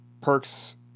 perks